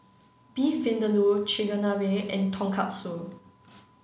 beef Vindaloo Chigenabe and Tonkatsu